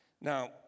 Now